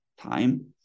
time